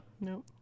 No